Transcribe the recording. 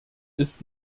ist